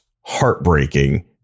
heartbreaking